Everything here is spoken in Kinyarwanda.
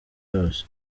yose